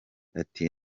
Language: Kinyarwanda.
ati